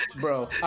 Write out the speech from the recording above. bro